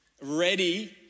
ready